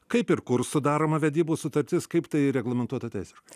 kaip ir kur sudaroma vedybų sutartis kaip tai reglamentuota teisiškai